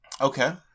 Okay